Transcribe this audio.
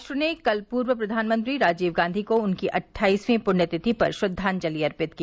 राष्ट्र ने कल पूर्व प्रधानमंत्री राजीव गांधी को उनकी अट्ठाइसवीं पुण्यतिथि पर श्रद्वांजलि अर्पित की